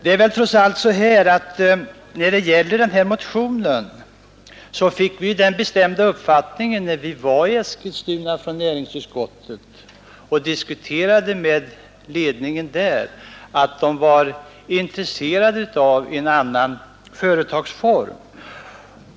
När näringsutskottets ledamöter besökte förenade fabriksverken i Eskilstuna och diskuterade frågan om företagsformen, fick de den bestämda uppfattningen att ledningen var intresserad av en ändrad företagsform.